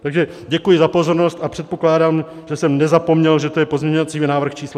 Takže děkuji za pozornost a předpokládám, že jsem nezapomněl, že to je pozměňovací návrh číslo 6627.